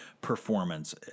performance